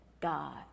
God